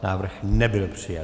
Návrh nebyl přijat.